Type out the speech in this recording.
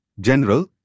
general